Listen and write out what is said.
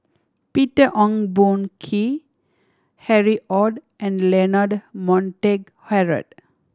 Peter Ong Boon Kwee Harry Ord and Leonard Montague Harrod